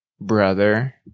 brother